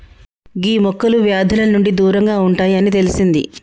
గీ మొక్కలు వ్యాధుల నుండి దూరంగా ఉంటాయి అని తెలిసింది